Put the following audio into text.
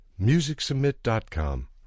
MusicSubmit.com